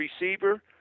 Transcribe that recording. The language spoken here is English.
receiver